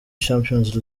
champions